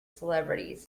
celebrities